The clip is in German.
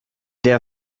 der